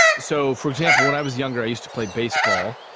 so, for example, when i was younger i used to play baseball,